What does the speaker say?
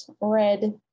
red